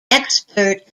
expert